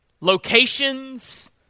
locations